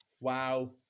Wow